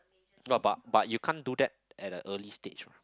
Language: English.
no but but you can't do that at a early stage mah